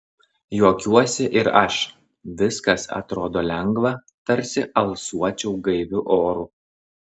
juokiuosi ir aš viskas atrodo lengva tarsi alsuočiau gaiviu oru